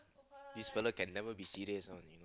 this fellow can never be serious [one] you